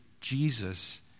Jesus